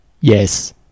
Yes